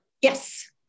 Yes